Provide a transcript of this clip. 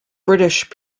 british